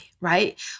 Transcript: right